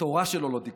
שהתורה שלו לא תיכחד.